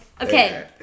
okay